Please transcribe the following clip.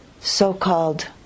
so-called